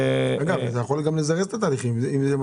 אתה יכול גם לזרז את התהליך.